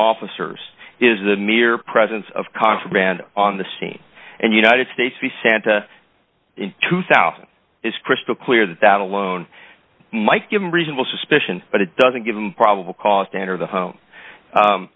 officers is the mere presence of contraband on the scene and united states v santa two thousand is crystal clear that that alone might give them reasonable suspicion but it doesn't give them probable cause to enter the home